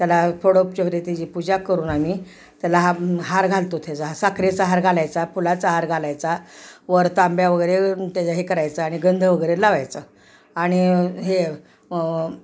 त्याला षडोपचाराने त्याची पूजा करून आम्ही त्याला हा हार घालतो त्याला साखरेचा हार घालायचा फुलाचा हार घालायचा वर तांब्या वगैरे त्याला हे करायचं आणि गंंध वगैरे लावायचं आणि हे